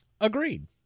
agreed